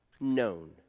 known